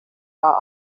are